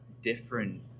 different